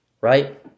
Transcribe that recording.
Right